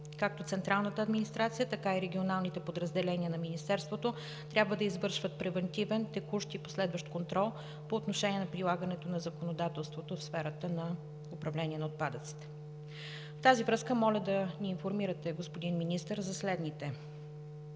Както централната администрация, така и регионалните подразделения на Министерството трябва да извършват превантивен, текущ и последващ контрол по отношение прилагането на законодателството в сферата на управление на отпадъците. В тази връзка моля да ни информирате, господин Министър, за следното: